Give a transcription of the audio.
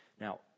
Now